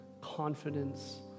confidence